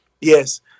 Yes